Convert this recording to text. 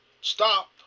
stop